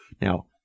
Now